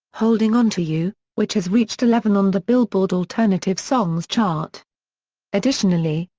holding on to you, which has reached eleven on the billboard alternative songs chart additionally,